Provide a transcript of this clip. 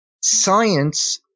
science